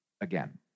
again